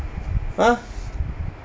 !huh!